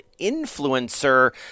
Influencer